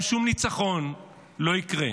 בלי החזרתם שום ניצחון לא יקרה.